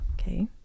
Okay